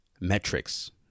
metrics